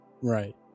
Right